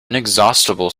inexhaustible